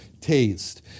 taste